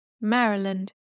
Maryland